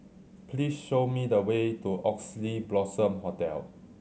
please show me the way to Oxley Blossom Hotel